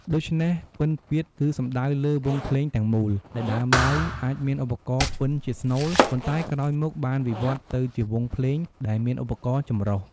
ដូច្នេះ "ពិណពាទ្យ" គឺសំដៅលើ វង់ភ្លេងទាំងមូល ដែលដើមឡើយអាចមានឧបករណ៍ពិណជាស្នូល ប៉ុន្តែក្រោយមកបានវិវត្តទៅជាវង់ភ្លេងដែលមានឧបករណ៍ចម្រុះ។